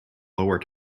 lower